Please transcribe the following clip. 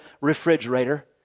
refrigerator